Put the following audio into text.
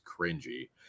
cringy